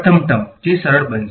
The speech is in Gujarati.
પ્રથમ ટર્મ જે સરળ બનશે